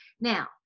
Now